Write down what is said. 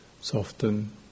soften